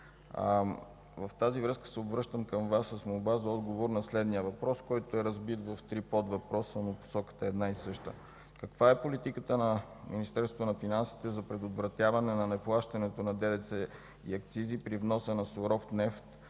В тази връзка се обръщам към Вас с молба за отговор на следния въпрос, който е разбит в три подвъпроса, но посоката е една и съща: каква е политиката на Министерството на финансите за предотвратяване на неплащането на ДДС и акцизи при вноса на суров нефт